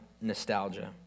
nostalgia